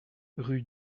rue